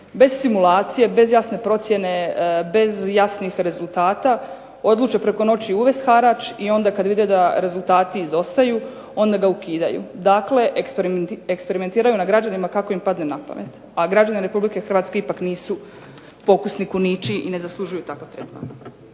Bez simulacije, bez jasne procjene, bez jasnih rezultata odluče preko noći uvest harač i onda kad vide da rezultati izostaju onda ga ukidaju. Dakle, eksperimentiraju nad građanima kako im padne napamet, a građani Republike Hrvatske ipak nisu pokusni kunići i ne zaslužuju takav tretman.